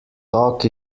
talk